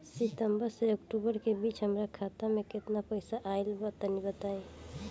सितंबर से अक्टूबर के बीच हमार खाता मे केतना पईसा आइल बा तनि बताईं?